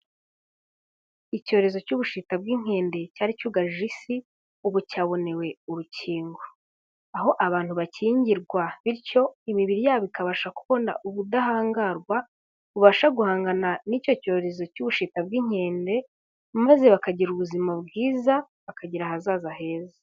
Icyorezo cy'ubushita bw'inkende cyari cyugarije Isi ubu cyabonewe urukingo, aho abantu bakingirwa bityo imibiri yabo ikabasha kubona ubudahangarwa bubasha guhangana n'icyo cyorezo cy'ubushika bw'inkende maze bakagira ubuzima bwiza bakagira ahazaza heza.